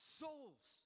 souls